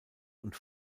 und